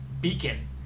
beacon